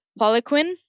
Poliquin